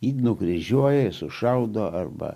ir nukryžiuoja sušaudo arba